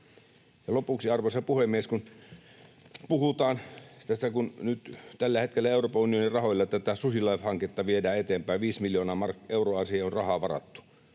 lopuksi, arvoisa puhemies, kun puhutaan tästä, että nyt tällä hetkellä Euroopan unionin rahoilla tätä susilakihanketta viedään eteenpäin — viisi miljoonaa euroa siihen on rahaa varattu